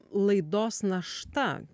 laidos našta